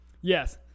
Yes